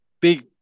big